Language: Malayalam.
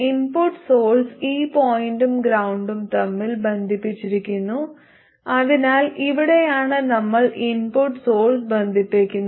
ഇൻപുട്ട് സോഴ്സ് ഈ പോയിന്റും ഗ്രൌണ്ടും തമ്മിൽ ബന്ധിപ്പിച്ചിരിക്കുന്നു അതിനാൽ ഇവിടെയാണ് നമ്മൾ ഇൻപുട്ട് സോഴ്സ് ബന്ധിപ്പിക്കുന്നത്